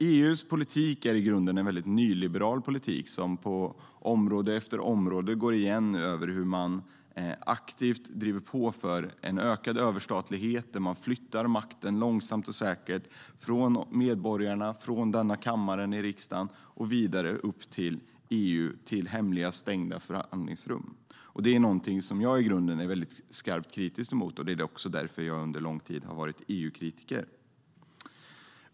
EU:s politik är i grunden en nyliberal politik som på område efter område går igen i hur man aktivt driver på för en ökad överstatlighet där man långsamt och säkert flyttar makten från medborgarna, från denna kammare i riksdagen, vidare upp till hemliga stängda förhandlingsrum i EU. Det är något jag i grunden är skarpt kritisk emot, och det är därför jag under lång tid har varit EU-kritiker.